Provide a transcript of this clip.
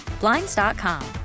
Blinds.com